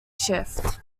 shift